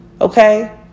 okay